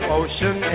ocean